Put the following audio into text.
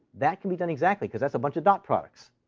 that can be done exactly because that's a bunch of dot products.